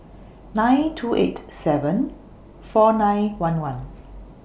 nine two eight seven four nine one one